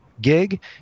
gig